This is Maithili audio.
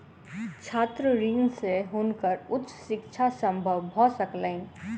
छात्र ऋण से हुनकर उच्च शिक्षा संभव भ सकलैन